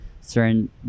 certain